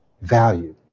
value